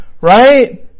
Right